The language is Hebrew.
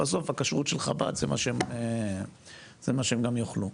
בסוף הכשרות של חב"ד זה מה שהם גם יאכלו.